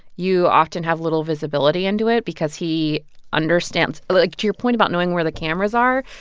you often have little visibility into it because he understands like, to your point about knowing where the cameras are,